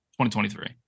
2023